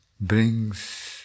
brings